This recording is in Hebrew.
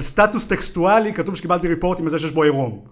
סטטוס טקסטואלי כתוב שקיבלתי ריפורט מזה שיש בו עירום.